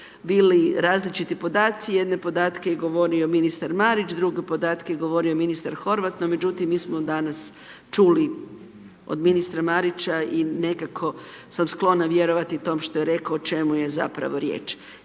bili različiti podaci, jedne podatke je govorio ministar Marić, druge podatke je govori ministar Horvat no međutim, mi smo danas čuli od ministra Marića i nekako sam sklona vjerovati tom što je rekao, o čemu je zapravo riječ.